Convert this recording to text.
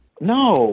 No